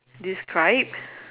describe